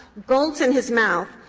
gold in his mouth.